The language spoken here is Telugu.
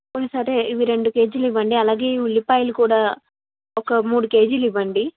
పోనీ సరే ఇవి రెండు కేజీలు ఇవ్వండి అలాగే ఈ ఉల్లిపాయలు కూడా ఒక మూడు కేజీలు ఇవ్వండి